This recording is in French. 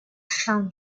fin